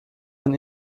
von